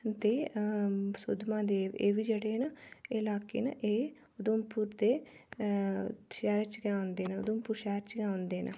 ते सुद्धमहादेव एह् बी जेह्ड़े न लाके न एह् उधमपुर दे शैह्र च गै औंदे न उधमपुर शैह्र च गै औंदे न